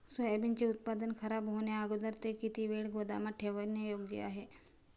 सोयाबीनचे उत्पादन खराब होण्याअगोदर ते किती वेळ गोदामात ठेवणे योग्य आहे?